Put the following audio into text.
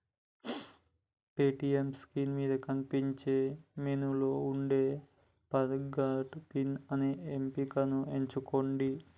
ATM screen మీద కనిపించే మెనూలో వుండే ఫర్గాట్ పిన్ అనే ఎంపికను ఎంచుకొండ్రి